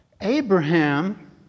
Abraham